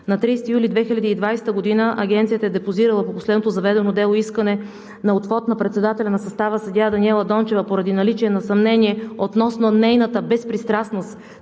На 30 юли 2020 г. Агенцията е депозирала по последното заведено дело искане на отвод на председателя на състава – съдия Даниела Дончева поради наличие на съмнение относно нейната безпристрастност.